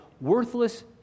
worthless